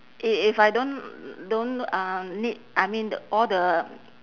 if if I don't don't uh need I mean all the